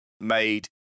made